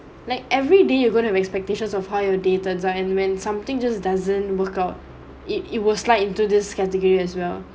like every day you gonna have expectations of how your day turns out and when something just doesn't workout it will slide into this category as well